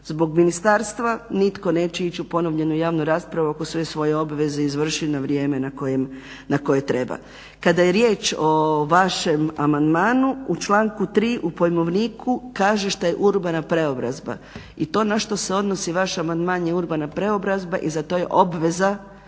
Zbog ministarstva nitko neće ići u ponovljenu javnu raspravu ako sve svoje obveze izvrši na vrijeme na koje treba. Kada je riječ o vašem amandmanu u članku 3. u pojmovniku kaže šta je urbana preobrazba i to na što se odnosi vaš amandman je urbana preobrazba i za to je obveza